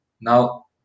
Now